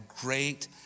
great